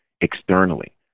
externally